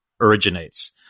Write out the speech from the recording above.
originates